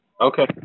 Okay